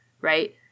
right